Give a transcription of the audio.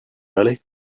early